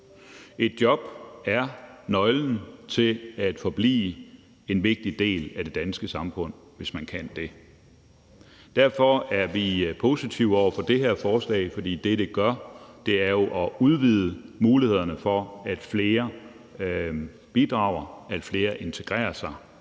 Et job er nøglen til at forblive en vigtig del af det danske samfund, hvis man kan arbejde. Derfor er vi positive over for det her forslag, for det, det gør, er jo at udvide mulighederne for, at flere bidrager, og at flere integrerer sig